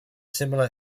similar